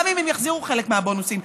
גם אם יחזירו חלק מהבונוסים.